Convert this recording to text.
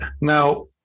Now